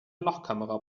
lochkamera